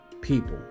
people